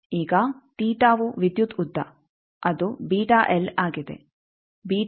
ಈಗ ವು ವಿದ್ಯುತ್ ಉದ್ಧ ಅದು ಆಗಿದೆ ಆಗಿದೆ